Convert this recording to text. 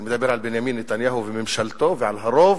אני מדבר על בנימין נתניהו וממשלתו ועל הרוב,